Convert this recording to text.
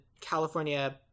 California